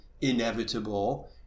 inevitable